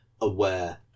aware